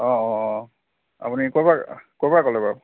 অঁ অঁ আপুনি ক'ৰপৰা ক'ৰপৰা ক'লে বাৰু